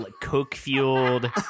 Coke-fueled